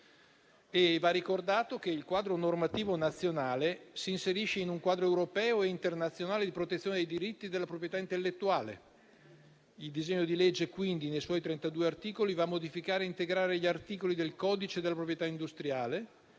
poi ricordato che il quadro normativo nazionale si inserisce in un quadro europeo e internazionale di protezione dei diritti della proprietà intellettuale. Il disegno di legge, quindi, nei suoi 32 articoli va a modificare ed integrare gli articoli del codice della proprietà industriale.